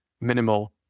minimal